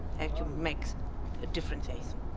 and you make a different case?